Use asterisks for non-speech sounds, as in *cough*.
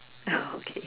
*laughs* okay